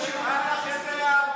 בוא תראה,